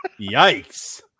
Yikes